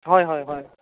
হয় হয় হয়